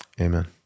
Amen